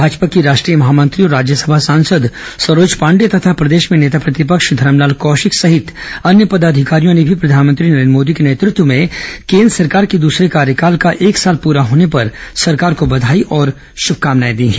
भाजपा की राष्ट्रीय महामंत्री और राज्यसभा सांसद सरोज पांडेय तथा प्रदेश में नेता प्रतिपक्ष धरमलाल कौशिक सहित अन्य पदाधिकारियों ने भी प्रधानमंत्री नरेन्द्र मोदी के नेतृत्व में केन्द्र सरकार के दूसरे कार्यकाल का एक साल पूरा होने पर सरकार को बधाई और श्रभकामनाएं दी हैं